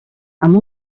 amb